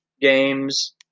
games